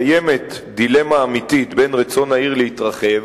קיימת דילמה אמיתית בשל רצון העיר להתרחב,